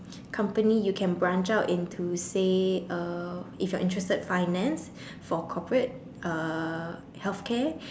company you can branch out into say uh if you're interested in finance for corporate uh healthcare